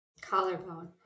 Collarbone